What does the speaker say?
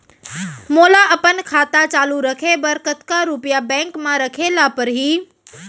मोला अपन खाता चालू रखे बर कतका रुपिया बैंक म रखे ला परही?